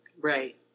Right